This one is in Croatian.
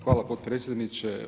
Hvala potpredsjedniče.